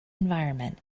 environment